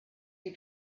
you